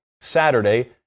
Saturday